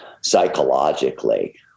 psychologically